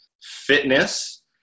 fitness